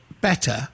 better